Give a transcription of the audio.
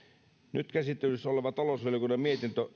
nyt käsittelyssä oleva talousvaliokunnan mietintö